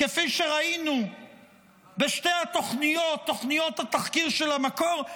כפי שראינו בשתי תוכניות התחקיר של המקור,